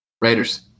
Raiders